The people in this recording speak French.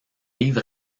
livre